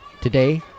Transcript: Today